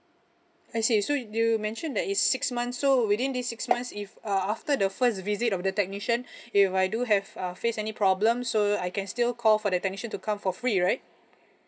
I see so you mentioned that is six months so within this six months if uh after the first visit of the technician if I do have uh face any problem so I can still call for the technician to come for free right